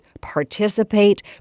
participate